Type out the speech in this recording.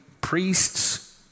priests